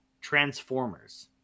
transformers